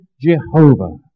Jehovah